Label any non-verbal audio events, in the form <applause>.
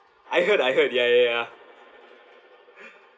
I heard I heard ya ya ya <breath>